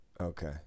Okay